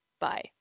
Bye